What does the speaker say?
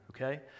okay